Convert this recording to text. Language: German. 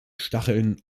stacheln